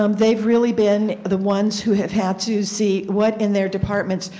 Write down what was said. um they have really been the ones who have had to see what in their departments,